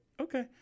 Okay